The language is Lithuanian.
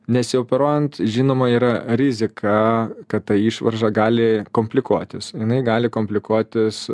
nesioperuojant žinoma yra rizika kad ta išvarža gali komplikuotis jinai gali komplikuotis